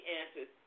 answers